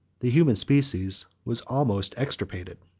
the human species was almost extirpated.